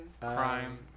Crime